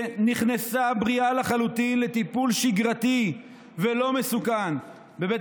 שנכנסה בריאה לחלוטין לטיפול שגרתי ולא מסוכן בבית